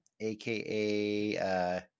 AKA